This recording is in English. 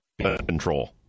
control